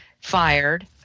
fired